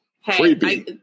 hey